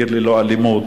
"עיר ללא אלימות",